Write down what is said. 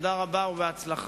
תודה רבה ובהצלחה.